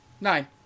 Nine